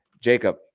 jacob